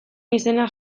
izenak